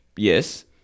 Yes